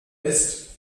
ist